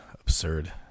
absurd